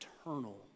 eternal